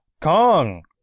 Kong